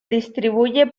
distribuye